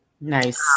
Nice